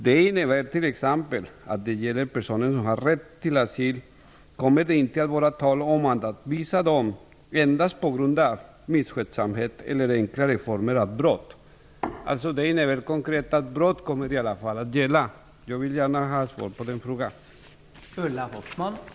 Det innebär t.ex. att när det gäller personer som har rätt till asyl kommer det inte att vara tal om att avvisa dem endast på grund av misskötsamhet eller enklare former av brott." Det innebär konkret att brott i alla fall kommer att gälla. Jag vill gärna ha besked i den frågan.